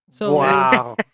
Wow